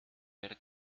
ver